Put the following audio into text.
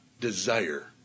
desire